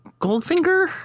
Goldfinger